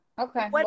Okay